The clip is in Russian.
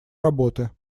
работы